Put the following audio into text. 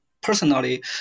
personally